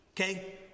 okay